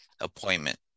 appointment